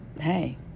hey